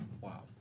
Wow